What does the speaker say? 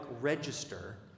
register